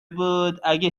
بود، اگه